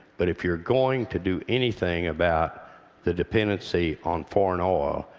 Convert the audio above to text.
but if you're going to do anything about the dependency on foreign oil,